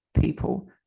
people